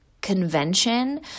convention